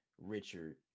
Richard